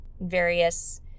various